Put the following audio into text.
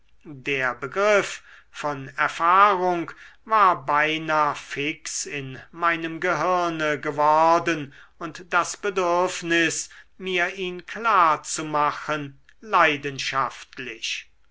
der begriff von erfahrung war beinah fix in meinem gehirne geworden und das bedürfnis mir ihn klar zu machen leidenschaftlich